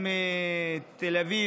עם תל אביב,